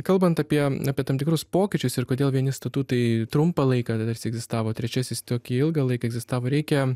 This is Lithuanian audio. kalbant apie apie tam tikrus pokyčius ir kodėl vieni statutai trumpą laiką egzistavo trečiasis tokį ilgą laiką egzistavo reikia